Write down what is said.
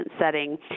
setting